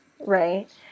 right